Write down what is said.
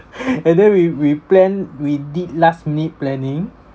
and then we we plan we did last minute planning